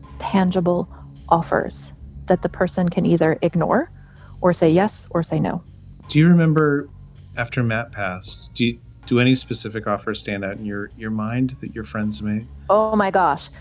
tangible offers that the person can either ignore or say yes or say no do you remember after matt passed due to any specific offer, stand out and in your mind that your friends may oh, my gosh.